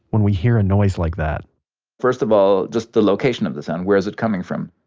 when we hear a noise like that first of all, just the location of the sound, where is it coming from.